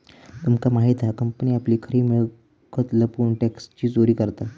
तुमका माहित हा कंपनी आपली खरी मिळकत लपवून टॅक्सची चोरी करता